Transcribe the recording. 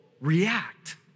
react